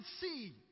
see